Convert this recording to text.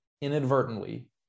inadvertently